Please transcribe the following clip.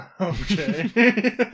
Okay